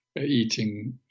eating